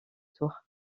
tour